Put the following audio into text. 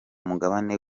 mugabane